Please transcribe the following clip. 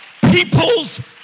people's